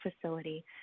facility